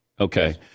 Okay